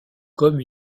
comme